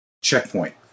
checkpoint